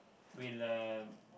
will uh